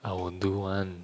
I will do one